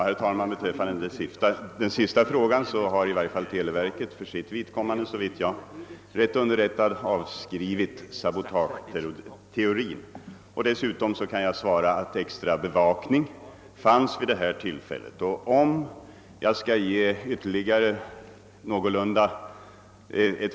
Herr talman! På den sista frågan kan jag svara att i varje fall televerket för sitt vidkommande, såvitt jag är rätt underrättad, har avskrivit sabotageteorin. Dessutom kan jag meddela att extrabevakning förekom vid detta tillfälle.